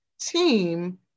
team